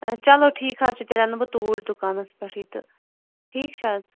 چلو ٹھیٖک حظ چھُ تیٚلہِ اَنو بہٕ توٗرۍ دُکانَس پٮ۪ٹھٕے تہٕ ٹھیٖک چھا حظ